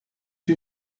you